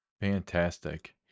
Fantastic